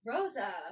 Rosa